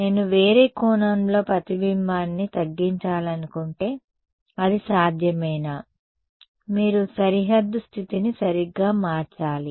నేను వేరే కోణంలో ప్రతిబింబాన్ని తగ్గించాలనుకుంటే అది సాధ్యమేనా మీరు సరిహద్దు స్థితిని సరిగ్గా మార్చాలి